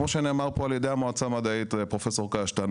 כמו שנאמר פה על ידי המועצה המדעית על ידי פרופ' קשתן,